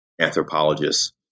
anthropologists